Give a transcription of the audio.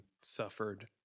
suffered